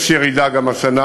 יש ירידה גם השנה,